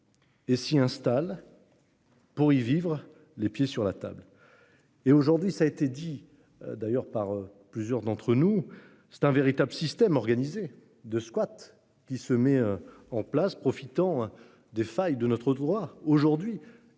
Et s'y installe. Pour y vivre les pieds sur la table. Et aujourd'hui, ça a été dit d'ailleurs par plusieurs d'entre nous, c'est un véritable système organisé de squat qui se met en place, profitant des failles de notre droit aujourd'hui.